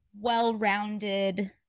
well-rounded